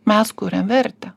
mes kuriam vertę